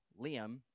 Liam